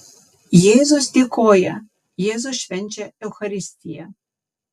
jėzus dėkoja jėzus švenčia eucharistiją